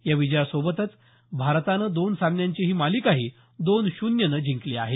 या विजयाबसोबरच भारतानं दोन सामन्यांची मालिकाही दोन शून्यनं जिंकली आहे